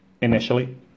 initially